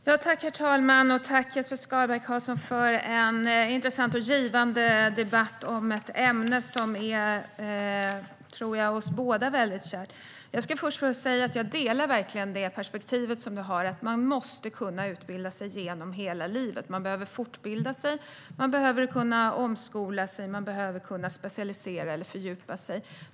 Herr talman! Tack, Jesper Skalberg Karlsson, för en intressant och givande debatt om ett ämne som är oss båda väldigt kärt! Jag ska först bara säga att jag verkligen delar Jesper Skalberg Karlssons perspektiv att man måste kunna utbilda sig genom hela livet. Man behöver fortbilda sig, man behöver kunna omskola sig och man behöver kunna specialisera eller fördjupa sig.